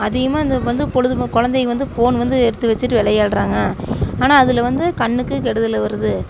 அதிகமாக அந்த வந்து பொழுது குழந்தைங்க வந்து ஃபோன் வந்து எடுத்து வச்சுட்டு விளையாட்றாங்க ஆனால் அதில் வந்து கண்ணுக்கு கெடுதல் வருது